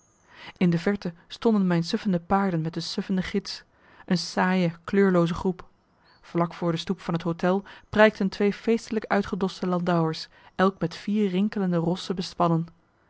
in de verte stonden mijn suffende paarden met de suffende gids een saaie kleurlooze groep vlak voor de stoep van het hôtel prijkten twee feestelijk uitgedoste landauers elk met vier rinkelende rossen bespannen